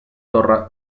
torre